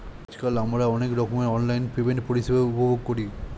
আজকাল আমরা অনেক রকমের অনলাইন পেমেন্ট পরিষেবা উপভোগ করি